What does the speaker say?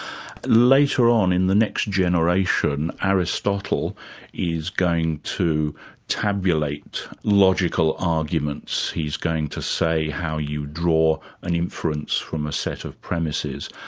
later on, in the next generation, aristotle is going to tabulate logical arguments. he's going to say how you draw an inference from a set of premises.